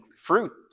fruit